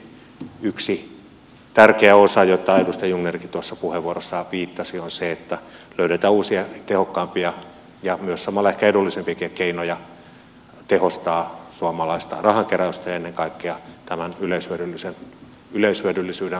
varmasti yksi tärkeä osa johon edustaja jungnerkin tuossa puheenvuorossaan viittasi on se että löydetään uusia tehokkaampia ja samalla myös ehkä edullisempiakin keinoja tehostaa suomalaista rahankeräystä ja ennen kaikkea tämän yleishyödyllisyyden laajempaa toteutumista